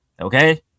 Okay